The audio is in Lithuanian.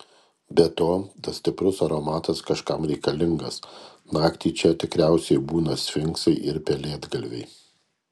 be to tas stiprus aromatas kažkam reikalingas naktį čia tikriausiai būna sfinksai ir pelėdgalviai